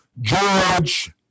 George